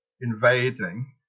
invading